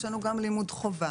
יש לנו גם לימוד חובה